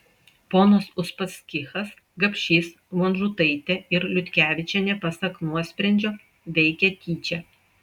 ponas uspaskichas gapšys vonžutaitė ir liutkevičienė pasak nuosprendžio veikė tyčia